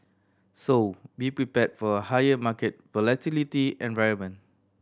so be prepared for a higher market volatility environment